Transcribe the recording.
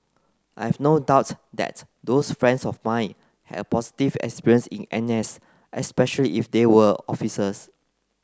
I have no doubt that those friends of mine have positive experience in N S especially if they were officers